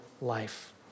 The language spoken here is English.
life